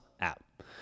app